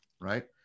right